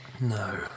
No